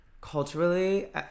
culturally